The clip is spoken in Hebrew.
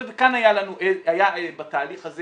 היה בתהליך הזה